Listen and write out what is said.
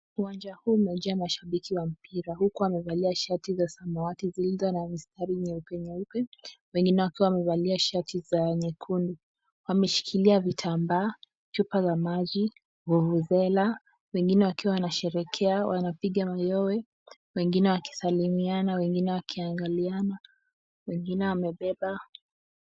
Uwanja huu umejaa mashabiki wa mpira huku wamevalia shati za samawati zilizo na mistari nyeupe nyeupe wengine wakiwa wamevalia shati za nyekundu. Wameshikilia vitambaa, chupa za maji, vuvuzela , wengine wakiwa wanasherehekea, wanapiga mayowe, wengine wakisalimiana, wengine wakiangaliana, wengine wamebeba.